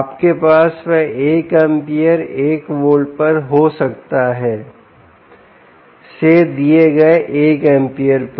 आपके पास यह 1 amp 1 volt पर हो सकता है से दिए गए 1 amp पर